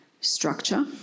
structure